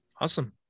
Awesome